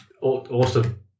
awesome